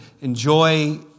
enjoy